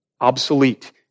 obsolete